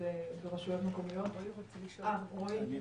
רועי,